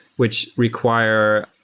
which require,